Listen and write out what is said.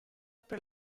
per